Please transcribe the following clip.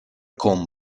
con